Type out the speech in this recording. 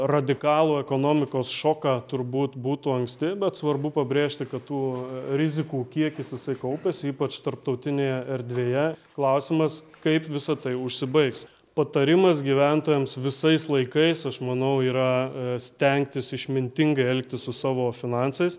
radikalų ekonomikos šoką turbūt būtų anksti bet svarbu pabrėžti kad tų rizikų kiekis jisai kaupiasi ypač tarptautinėje erdvėje klausimas kaip visa tai užsibaigs patarimas gyventojams visais laikais aš manau yra stengtis išmintingai elgtis su savo finansais